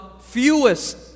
fewest